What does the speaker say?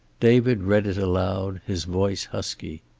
david read it aloud, his voice husky.